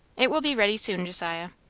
it will be ready soon, josiah.